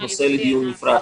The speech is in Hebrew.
זה נושא לדיון נפרד,